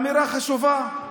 אני חושב שזו אמירה חשובה.